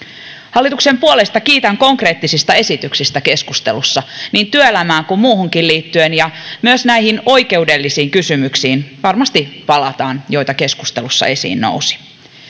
hallituksen puolesta kiitän konkreettisista esityksistä keskustelussa niin työelämään kuin muuhunkin liittyen ja myös näihin oikeudellisiin kysymyksiin varmasti palataan joita keskustelussa nousi esiin